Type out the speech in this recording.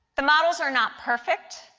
the models are not perfect.